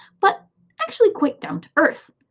but actually quite down-to-earth.